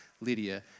Lydia